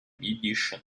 edition